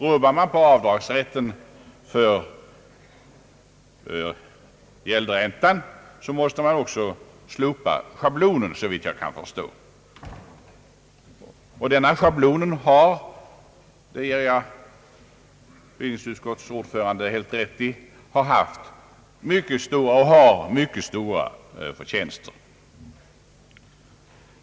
Om man rubbar på avdragsrätten för gäldräntan, måste man såvitt jag kan förstå också slopa schablontaxeringen och återinföra avdragsrätten för underhållskostnaderna. Schablonmetoden har — på den punkten ger jag bevillningsutskottets ordförande rätt — mycket stora förtjänster.